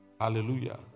Hallelujah